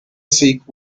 sikh